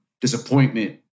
disappointment